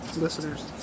Listeners